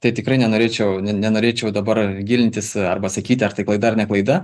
tai tikrai nenorėčiau ne nenorėčiau dabar gilintis arba sakyti ar tai klaida ar ne klaida